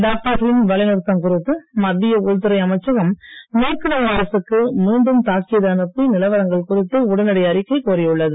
டாக்டர்களின் வேலை நிறுத்தம் குறித்து மத்திய உள்துறை அமைச்சகம் மேற்குவங்க அரசுக்கு மீண்டும் தாக்கீது அனுப்பி நிலவரங்கள் குறித்து உடனடி அறிக்கை கோரியுள்ளது